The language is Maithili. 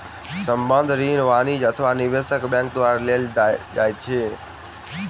संबंद्ध ऋण वाणिज्य अथवा निवेशक बैंक द्वारा देल जाइत अछि